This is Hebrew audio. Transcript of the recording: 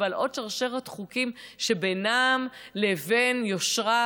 ועל עוד שרשרת חוקים שבינם לבין יושרה,